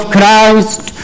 Christ